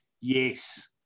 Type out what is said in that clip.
Yes